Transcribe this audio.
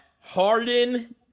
Harden